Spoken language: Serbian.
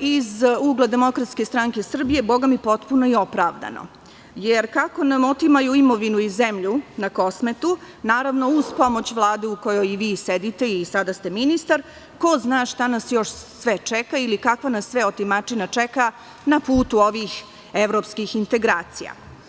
iz ugla DSS, bogami, potpuno i opravdano jer kako nam otimaju imovinu i zemlju na Kosmetu, uz pomoć Vlade u kojoj i vi sedite i sada ste ministar, ko zna šta nas još sve čeka i kakva nas sve otimačina čeka na putu ovih evropskih integracija.